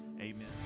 amen